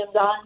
on